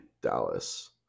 Dallas